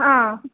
हां